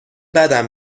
بدم